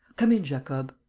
come in, jacob.